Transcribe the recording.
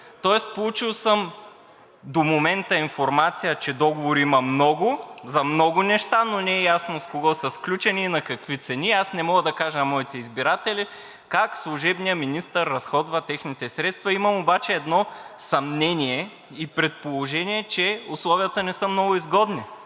Тоест получил съм до момента информация, че договори има много, за много неща, но не е ясно с кого са сключени и на какви цени, и не мога да кажа на моите избиратели как служебният министър разходва техните средства. Имам обаче едно съмнение и предположение, че условията не са много изгодни,